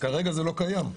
כרגע זה לא קיים.